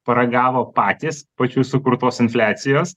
paragavo patys pačių sukurtos infliacijos